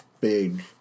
big